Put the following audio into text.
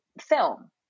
film